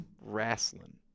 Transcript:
wrestling